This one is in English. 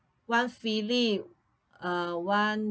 one Phillips uh [one]